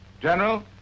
General